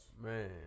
Man